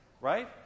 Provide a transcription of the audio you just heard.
right